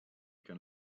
can